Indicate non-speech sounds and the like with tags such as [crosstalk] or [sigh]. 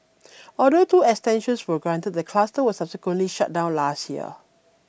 [noise] although two extensions were granted the cluster was subsequently shut down last year